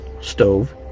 stove